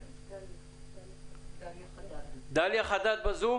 דליה חדד, בבקשה.